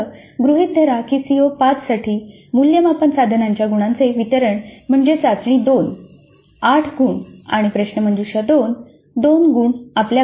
उदाहरणार्थ गृहित धरा की सीओ 5 साठी मूल्यमापन साधनांच्या गुणांचे वितरण म्हणजे चाचणी 2 8 गुण आणि प्रश्नमंजुषा 2 2 गुण